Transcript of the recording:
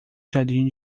jardim